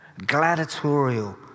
gladiatorial